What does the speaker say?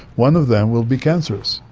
one of them will be cancerous,